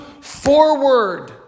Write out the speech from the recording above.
forward